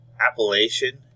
appellation